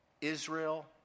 Israel